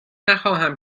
نخواهم